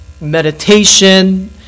meditation